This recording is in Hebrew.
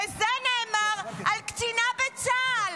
וזה נאמר על קצינה בצה"ל.